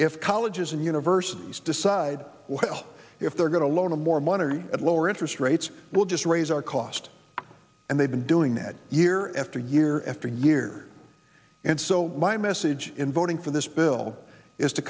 if colleges and universities decide well if they're going to loan more money at lower interest rates we'll just raise our cost and they've been doing that year after year after year and so my message in voting for this bill is to